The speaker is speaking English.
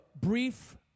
brief